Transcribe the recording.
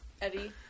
Eddie